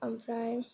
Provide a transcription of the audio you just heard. ओमफ्राय